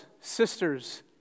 sisters